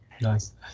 Nice